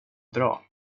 dra